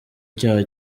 icyaha